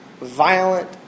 violent